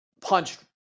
punched